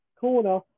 corner